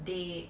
they